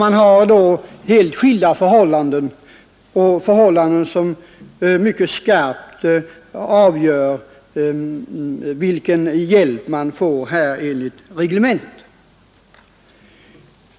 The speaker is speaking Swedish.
Sådana omständigheter kan alltså bli avgörande för vilken hjälp man är berättigad till enligt reglementet.